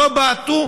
שלא בעטו,